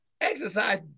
exercise